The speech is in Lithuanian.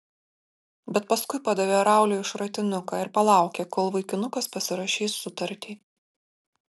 bet paskui padavė rauliui šratinuką ir palaukė kol vaikinukas pasirašys sutartį